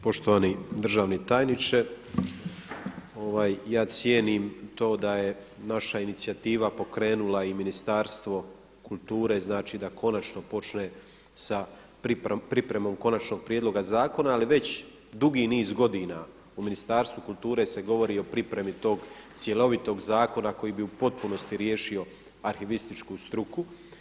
Poštovani državni tajniče, ja cijenim to da je naša inicijativa pokrenula i Ministarstvo kulture, znači da konačno počne sa pripremom konačnog prijedloga zakona ali već dugi niz godina u Ministarstvu kulture se govori o pripremi tog cjelovitog zakona koji bi u potpunosti riješio arhivističku struku.